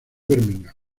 birmingham